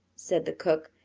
said the cook.